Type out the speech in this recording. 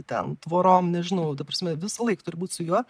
ten tvorom nežinau ta prasme visąlaik turi būt su juo